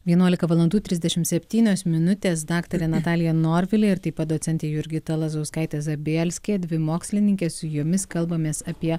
vienuolika valandų trisdešimt septynios minutės daktarė natalija norvilė ir taip pat docentė jurgita lazauskaitė zabielskė dvi mokslininkės su jumis kalbamės apie